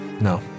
no